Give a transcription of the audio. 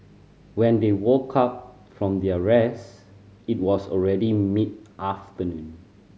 when they woke up from their rest it was already mid afternoon